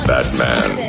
Batman